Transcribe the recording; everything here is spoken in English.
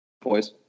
Boys